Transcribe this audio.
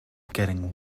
getting